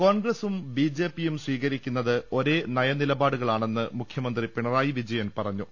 കോൺഗ്രസും ബി ജെ പിയും സ്വീകരിക്കുന്നത് ഒരേ നയനി ലപാടുകളാണെന്ന് മുഖ്യമന്ത്രി പിണറായി വിജയൻ പറഞ്ഞു